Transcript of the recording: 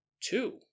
two